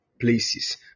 places